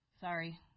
Sorry